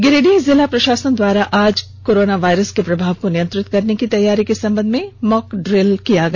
गिरिडीह जिला प्रषासन द्वारा आज कोरोना वायरस के प्रभाव को नियंत्रित करने की तैयारी के संबंध में मॉक ड्रिल किया गया